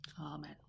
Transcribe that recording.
Amen